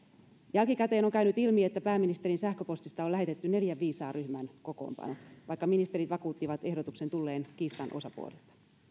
jälkikäteen on käynyt ilmi että pääministerin sähköpostista on lähetetty neljän viisaan ryhmän kokoonpano vaikka ministerit vakuuttivat ehdotuksen tulleen kiistan osapuolilta